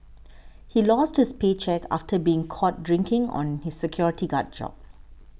he lost his paycheck after being caught drinking on his security guard job